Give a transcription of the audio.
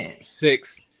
six